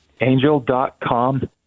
Angel.com